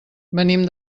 venim